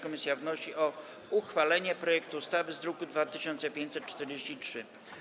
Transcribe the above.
Komisja wnosi o uchwalenie projektu ustawy z druku nr 2543.